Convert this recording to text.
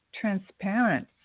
transparent